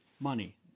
money